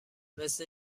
مثه